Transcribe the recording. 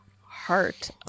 heart